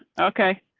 okay.